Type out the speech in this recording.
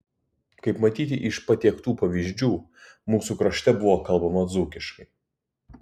kaip matyti iš patiektų pavyzdžių mūsų krašte buvo kalbama dzūkiškai